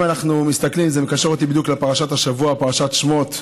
זה מקשר אותי לפרשת השבוע, פרשת שמות.